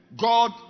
God